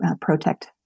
Protect